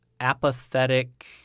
apathetic